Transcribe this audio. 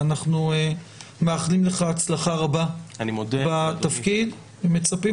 ואנחנו מאחלים לך הצלחה רבה בתפקיד ומצפים